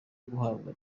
guhabwa